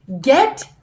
Get